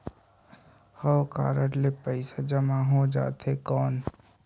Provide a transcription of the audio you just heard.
हव कारड ले पइसा जमा हो जाथे कौन?